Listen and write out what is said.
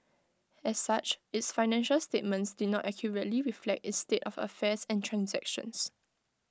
as such its financial statements did not accurately reflect its state of affairs and transactions